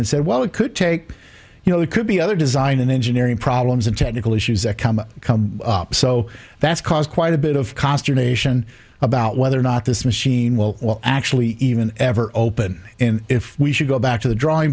and said well it could take you know it could be other design and engineering problems and technical issues that come up come up so that's caused quite a bit of consternation about whether or not this machine will actually even ever open and if we should go back to the drawing